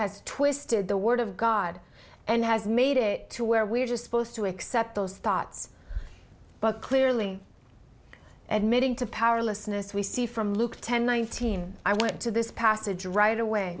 is twisted the word of god and has made it to where we are just supposed to accept those thoughts but clearly admitting to powerlessness we see from luke ten nineteen i went to this passage right away